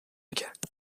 نکرد